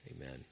Amen